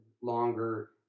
longer